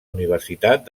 universitat